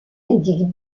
indiquent